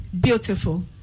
beautiful